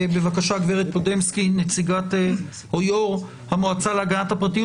בבקשה, גברת פודמסקי, יו"ר המועצה להגנת הפרטיות.